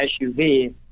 SUV